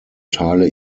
teile